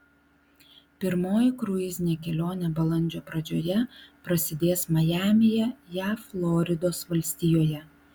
pirmoji kruizinė kelionė balandžio pradžioje prasidės majamyje jav floridos valstijoje